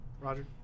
Roger